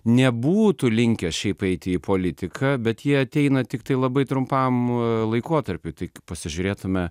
nebūtų linkę šiaip eiti į politiką bet jie ateina tiktai labai trumpam laikotarpiui tai pasižiūrėtume